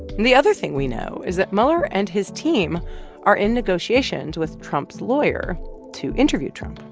and the other thing we know is that mueller and his team are in negotiations with trump's lawyer to interview trump.